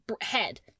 Head